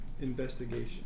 Investigation